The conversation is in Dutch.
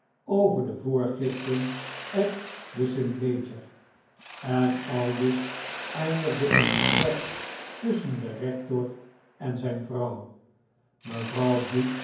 over de voorgiften op den st leger en aldus eindigde het gesprek tusschen den rector en zijn vrouw mevrouw bute